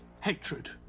hatred